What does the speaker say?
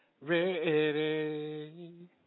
ready